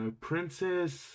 Princess